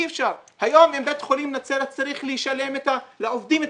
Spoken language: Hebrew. אם בית החולים נצרת צריך היום לשלם לעובדים את